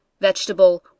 vegetable